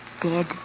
dead